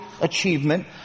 achievement